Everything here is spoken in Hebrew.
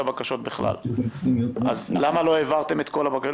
הבקשות בכלל אז למה לא העברתם את כל הבקשות?